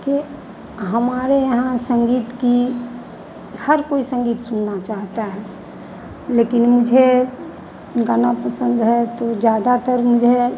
के हमारे यहाँ संगीत की हर कोई संगीत सुनना चाहता है लेकिन मुझे गाना पसंद है तो ज़्यादातर मुझे